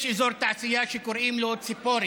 יש אזור תעשייה שקוראים לו ציפורי.